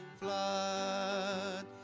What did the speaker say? flood